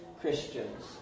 Christians